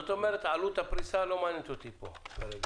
כלומר עלות הפריסה לא מעניינת פה כרגע.